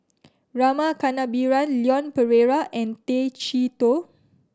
Rama Kannabiran Leon Perera and Tay Chee Toh